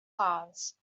cloths